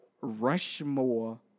Rushmore